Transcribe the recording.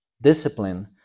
discipline